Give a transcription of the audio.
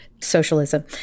socialism